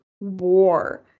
war